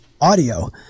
audio